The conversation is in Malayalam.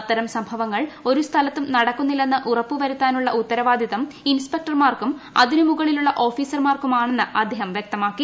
അത്തരം സംഭവങ്ങൾ ഒരു സ്ഥലത്തും നടക്കുന്നില്ലെന്ന് ഉറപ്പ് വരുത്താനുള്ള ഉത്തരവാദിത്തം ഇൻസ്പെക്ടർമാർക്കും അതിനു മുകളിലുള്ള ഓഫീസർമാർക്കും ആണെന്ന് ്അദ്ദേഹം വ്യക്തമാക്കി